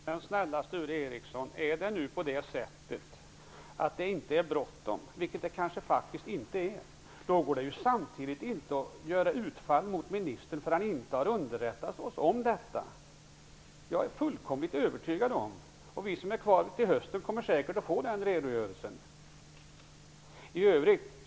Herr talman! Är det nu inte så bråttom -- vilket det kanske inte är -- skall man sannerligen inte göra ett utfall mot ministern därför att han inte har underrättat oss. Vi som är kvar till hösten kommer säkert att få en redogörelse.